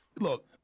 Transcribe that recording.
look